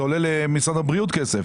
זה עולה למשרד הבריאות כסף.